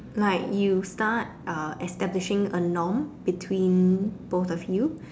like you start uh establishing a norm between both of you